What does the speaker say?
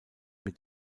mit